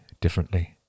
differently